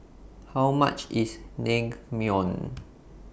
How much IS Naengmyeon